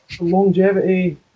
Longevity